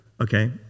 Okay